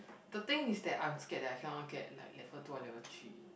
the thing is that I'm scared that I cannot get like level two or level three